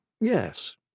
yes